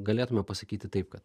galėtume pasakyti taip kad